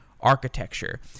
architecture